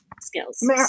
skills